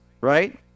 Right